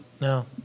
No